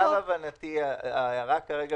למיטב הבנתי, ההערה כרגע